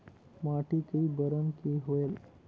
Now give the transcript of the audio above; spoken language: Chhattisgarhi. माटी कई बरन के होयल?